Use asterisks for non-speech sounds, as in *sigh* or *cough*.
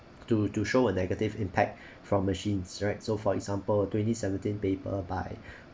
to to show a negative impact *breath* from machines right so for example twenty seventeen paper by